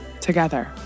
together